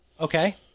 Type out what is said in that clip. Okay